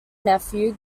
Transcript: nephew